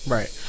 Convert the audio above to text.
Right